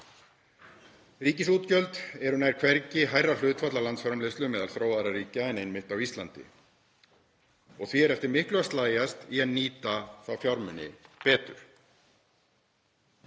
Ríkisútgjöld eru nær hvergi hærra hlutfall landsframleiðslu meðal þróaðra ríkja en einmitt á Íslandi og því eftir miklu að slægjast að nýta þá fjármuni betur.